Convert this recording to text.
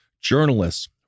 journalists